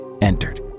entered